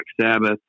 sabbath